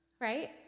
right